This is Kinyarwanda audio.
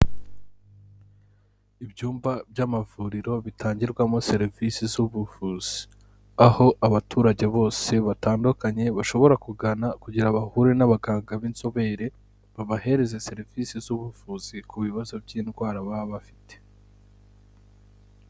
Ibyumba by'amavuriro bitangirwamo serivisi z'ubuvuzi aho abaturage bose batandukanye bashobora kugana kugira bahure n'abaganga b'inzobere babahereza serivisi z'ubuvuzi ku bibazo by'indwara baba bafite.